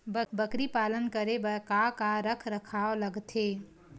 बकरी पालन करे बर काका रख रखाव लगथे?